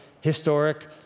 historic